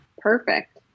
Perfect